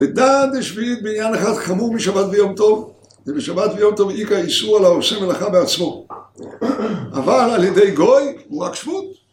בדן ושביעית בעניין אחת חמור משבת ויום טוב ובשבת ויום טוב איקא איסור על העושה מלאכה בעצמו. אבל על ידי גוי הוא רק שמוט